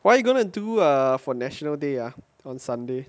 what are you going to do uh for national day ah on sunday